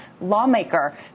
lawmaker